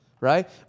Right